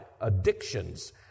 addictions